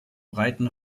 breiten